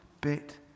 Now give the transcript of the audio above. bit